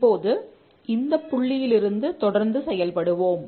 இப்போது இந்தப் புள்ளியிலிருந்து தொடர்ந்து செயல்படுவோம்